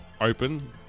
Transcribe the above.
open